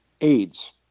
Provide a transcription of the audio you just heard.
AIDS